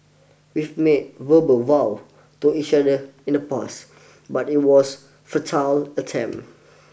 we made verbal vow to each other in the past but it was futile attempt